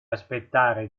aspettare